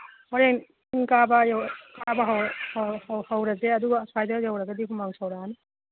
ꯍꯣꯔꯦꯟ ꯆꯤꯡ ꯀꯥꯕ ꯍꯧꯔꯁꯦ ꯑꯗꯨꯒ ꯑꯁ꯭ꯋꯥꯏꯗ ꯌꯧꯔꯒꯗꯤ ꯍꯨꯃꯥꯡ ꯁꯧꯔꯛꯑꯅꯤ